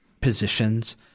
positions